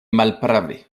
malprave